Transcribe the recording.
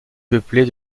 peuplée